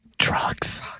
Drugs